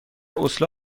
اسلو